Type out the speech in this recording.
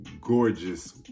gorgeous